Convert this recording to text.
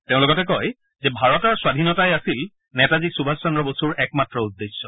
তেওঁ লগতে কয় যে ভাৰতৰ স্বধীনতাই আছিল নেতাজী সুভাষ চন্দ্ৰ বসুৰ একমাত্ৰ উদ্দেশ্য